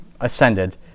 ascended